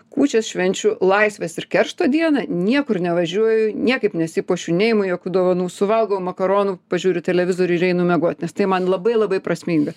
kūčias švenčiu laisvės ir keršto dieną niekur nevažiuoju niekaip nesipuošiu neimu jokių dovanų suvalgau makaronų pažiūriu televizorių ir einu miegot nes tai man labai labai prasminga